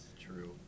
true